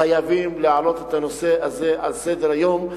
חייבים להעלות את הנושא הזה על סדר-היום,